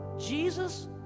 Jesus